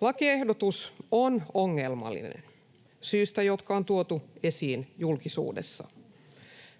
Lakiehdotus on ongelmallinen syistä, jotka on tuotu esiin julkisuudessa.